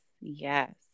yes